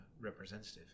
representative